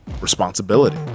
responsibility